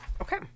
Okay